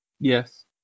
Yes